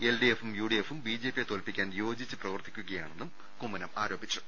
L ഡിക്എഫും U D എഫും B J പിയെ തോല്പിക്കാൻ യോജിച്ച് പ്രവർത്തിക്കുകയാണെന്നും കുമ്മനം ആരോപിച്ചു